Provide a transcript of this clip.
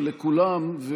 אבל לכולם,